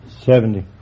Seventy